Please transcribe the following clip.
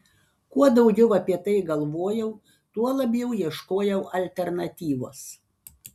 kuo daugiau apie tai galvojau tuo labiau ieškojau alternatyvos